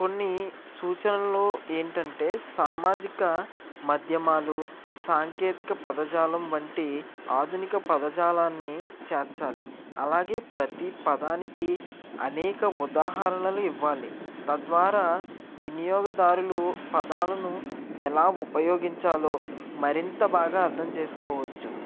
కొన్ని సూచనలు ఏంటంటే సామాజిక మాధ్యమాలు సాంకేతిక పదజాలం వంటి ఆధునిక పదజాలాన్ని చేర్చాలి అలాగే ప్రతి పదానికి అనేక ఉదాహరణలు ఇవ్వాలి తద్వారా వినియోగదారులు పదాలను ఎలా ఉపయోగించాలో మరింత బాగా అర్థం చేసుకోవచ్చు